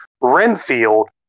Renfield